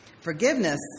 Forgiveness